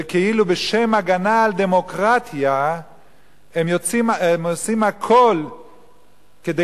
וכאילו בשם הגנה על דמוקרטיה הם עושים הכול כדי